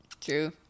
True